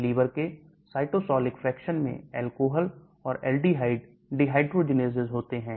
liver के cytosolic fraction मैं alcohol और aledhyde dehydrogenases होते हैं